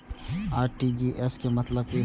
RTGS के मतलब की होय ये?